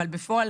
אבל בפועל